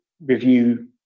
review